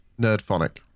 Nerdphonic